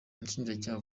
umushinjacyaha